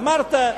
אמרת,